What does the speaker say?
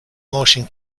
motion